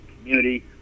community